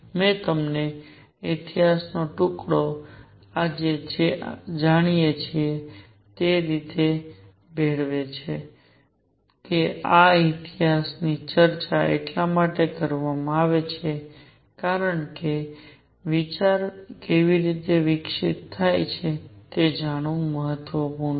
મેં તમને ઇતિહાસનો ટુકડો આજે આપણે જે જાણીએ છીએ તેની સાથે ભેળવે છે કે આ ઇતિહાસની ચર્ચા એટલા માટે કરવામાં આવે છે કારણ કે વિચાર કેવી રીતે વિકસિત થાય છે તે જાણવું મહત્વપૂર્ણ છે